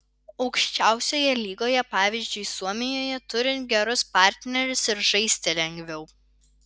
aukščiausioje lygoje pavyzdžiui suomijoje turint gerus partnerius ir žaisti lengviau